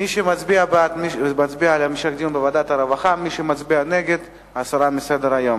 מי שמצביע נגד, הסרה מסדר-היום.